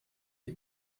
der